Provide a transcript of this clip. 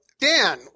Dan